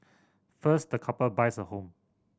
first the couple buys a home